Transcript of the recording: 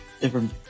different